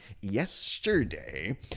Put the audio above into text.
yesterday